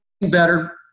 better